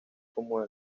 como